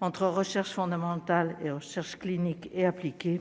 entre recherche fondamentale et recherche clinique et appliquée,